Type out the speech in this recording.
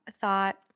thought